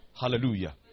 Hallelujah